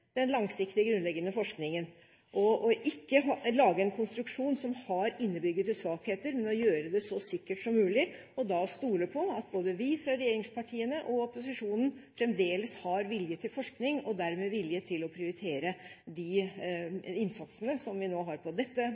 den langsiktige, grunnleggende forskningen – ikke lage en konstruksjon som har innebygde svakheter, men gjøre det så sikkert som mulig, og stole på at vi både fra regjeringspartiene og opposisjonen fremdeles har vilje til forskning, og dermed vilje til å prioritere de innsatsene vi har på dette